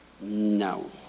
no